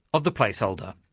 of the placeholder.